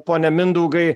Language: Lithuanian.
pone mindaugai